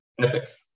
ethics